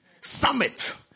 summit